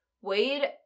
wade